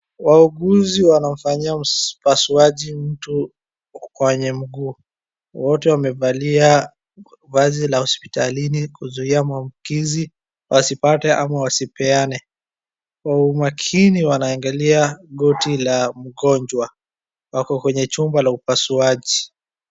Wauguzi wanamfanyia upasuaji mtu kwenye mguu. Wote wamevalia vazi la hospitalini kuzuia maambukizi, wasipate ama wasipeane. Kwa umakini wanaangalia goti la mgonjwa. Wako kwenye chumba la upasuaji.